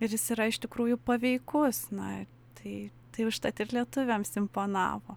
ir jis yra iš tikrųjų paveikus na tai tai užtat ir lietuviams imponavo